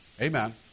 Amen